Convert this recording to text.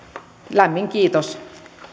lämmin kiitos